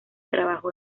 trabajó